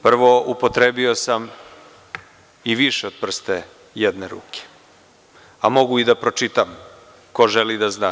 Prvo, upotrebio sam i više od prsta jedne ruke, a mogu i da pročitam ko želi da zna.